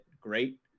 great